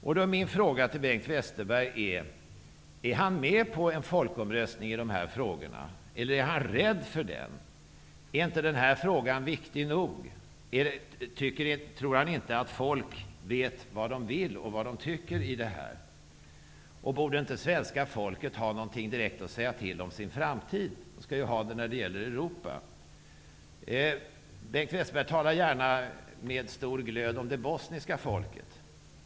Jag vill fråga: Är Bengt Westerberg med på en folkomröstning i dessa frågor, eller är han rädd för en sådan? Är inte den här frågan viktig nog? Tror Bengt Westerberg inte att folk vet vad de vill och vad de tycker om detta? Borde inte svenska folket ha något att säga om sin framtid? Det skall de ju ha i frågan om Europa. Bengt Westerberg talar gärna med stor glöd om det bosniska folket.